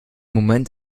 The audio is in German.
moment